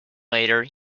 later